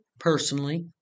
personally